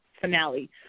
finale